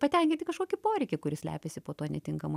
patenkinti kažkokį poreikį kuris slepiasi po tuo netinkamu